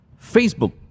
Facebook